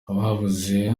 ababuze